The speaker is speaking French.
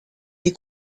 des